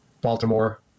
Baltimore